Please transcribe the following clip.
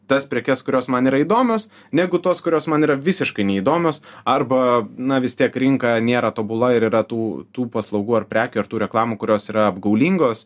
tas prekes kurios man yra įdomios negu tos kurios man yra visiškai neįdomios arba na vis tiek rinka nėra tobula ir yra tų tų paslaugų ar prekių ar tų reklamų kurios yra apgaulingos